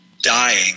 dying